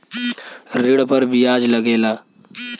ऋण पर बियाज लगेला